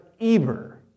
Eber